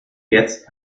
jetzt